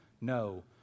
No